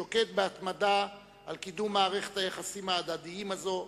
שוקד בהתמדה על קידום מערכת היחסים ההדדיים הזו,